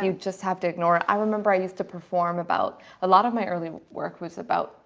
you just have to ignore i remember i used to perform about a lot of my early work was about